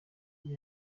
ubwo